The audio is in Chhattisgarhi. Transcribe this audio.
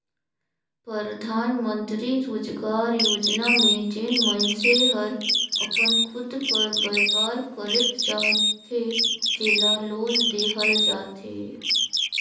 परधानमंतरी रोजगार योजना में जेन मइनसे हर अपन खुद कर बयपार करेक चाहथे जेला लोन देहल जाथे